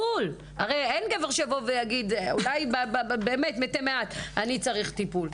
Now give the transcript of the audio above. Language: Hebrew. הרי אין גבר שיבוא ויגיד אולי באמת מתי מעט "אני צריך טיפול".